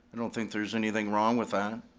i don't think there's anything wrong with that.